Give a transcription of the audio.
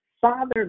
Father